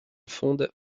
fonde